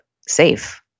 safe